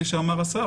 כפי שאמר השר,